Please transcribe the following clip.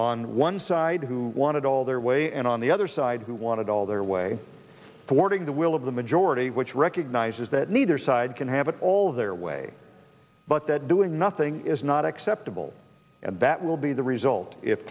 on one side who wanted all their way and on the other side who wanted all their way fording the will of the majority which recognizes that neither side can have it all their way but that doing nothing is not acceptable and that will be the result if